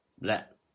Let